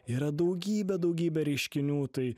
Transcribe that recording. yra daugybė daugybė reiškinių tai